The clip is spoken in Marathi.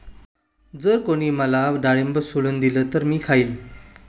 जर कोणी मला डाळिंब सोलून दिले तर मी खाईन